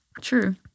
true